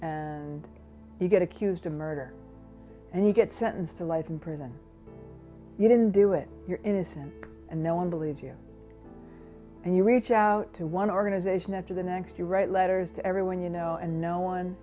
and you get accused of murder and you get sentenced to life in prison you didn't do it you're innocent and no one believes you and you reach out to one organization after the next you write letters to everyone you know and no one